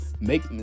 make